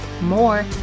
more